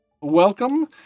Welcome